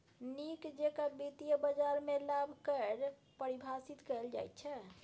नीक जेकां वित्तीय बाजारमे लाभ कऽ परिभाषित कैल जाइत छै